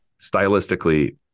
Stylistically